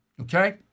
Okay